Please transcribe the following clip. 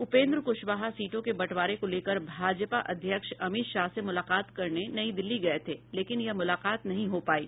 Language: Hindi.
उपेन्द्र कुशवाहा सीटों के बंटवारे को लेकर भाजपा अध्यक्ष अमित शाह से मुलाकात करने नई दिल्ली गये थे लेकिन यह मुलाकात नहीं हो पायी